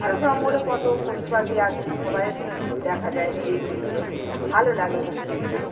আরো জঙ্গলে কত পশুপাখি আছে সবাইয়ের দেখা যায় নিরিবিলিতে ভালো লাগে প্রকৃতিটা